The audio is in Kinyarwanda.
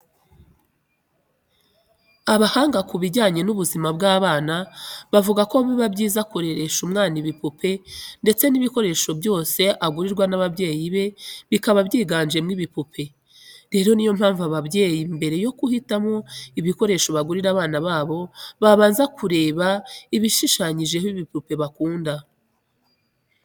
Abahanga ku bijyanye n'ubuzima bw'abana bavuga ko biba byiza kureresha umwana ibipupe ndetse mu bikoresho byose agurirwa n'ababyeyi be bikaba byiganjemo ibipupe. Rero niyo mpamvu ababyeyi mbere yo kuhitamo ibikoresho bagurira abana babo, babanza kureba ibishishanyijeho ibipupe bakunda.